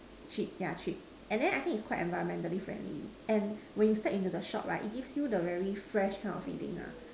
cheap yeah cheap and then I think is quite environmentally friendly and when you step into the shop right it gives you the very fresh kind of feeling ah